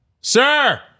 Sir